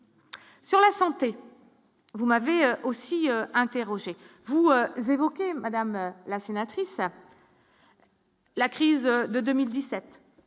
Sur la santé, vous m'avez aussi interrogé, vous évoquez madame la sénatrice. La crise de 2017.